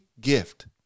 gift